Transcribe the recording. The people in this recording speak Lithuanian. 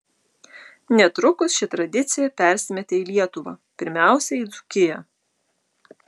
netrukus ši tradicija persimetė į lietuvą pirmiausia į dzūkiją